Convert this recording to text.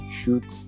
shoot